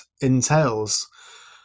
entails